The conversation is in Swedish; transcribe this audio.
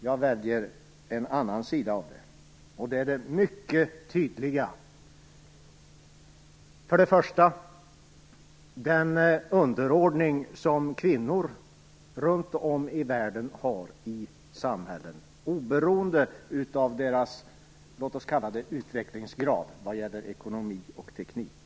Jag väljer en annan sida av det, och det är något mycket tydligt. Det handlar om den underordning som kvinnor runt om i världen har i samhällen, oberoende av dessa samhällens utvecklingsgrad vad gäller ekonomi och teknik.